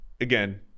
again